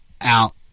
out